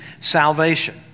salvation